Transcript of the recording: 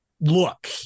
look